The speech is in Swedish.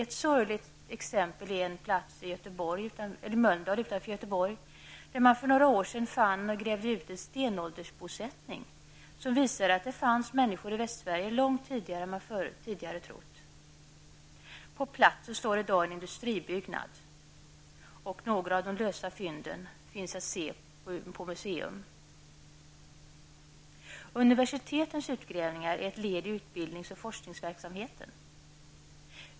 Ett sorgligt exempel är en plats i Mölndal utanför Göteborg, där man för några år sedan fann och grävde ut en stenåldersbosättning, som visade att det fanns människor i Västsverige långt tidigare än man förut trott. På platsen står i dag en industribyggnad, och några av de lösa fynden finns att se på museum. Universitetens utgrävningar är ett led i utbildningsoch forskningsverksamheten.